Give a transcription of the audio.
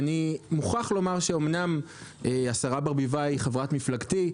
אני מוכרח לומר שאומנם השרה ברביבאי היא חברת מפלגתי,